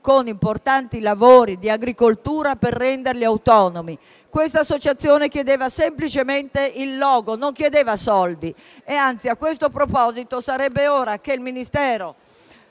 loro importanti lavori nel campo dell'agricoltura al fine di renderli autonomi; quest'associazione chiedeva semplicemente il logo, non chiedeva soldi; anzi, a questo proposito sarebbe ora che il Ministro